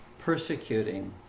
persecuting